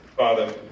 Father